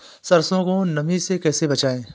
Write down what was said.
सरसो को नमी से कैसे बचाएं?